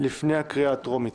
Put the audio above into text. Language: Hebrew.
לפני הקריאה הטרומית.